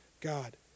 God